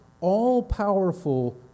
all-powerful